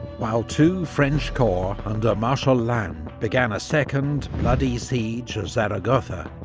while two french corps under marshal lannes began a second, bloody siege of zaragoza,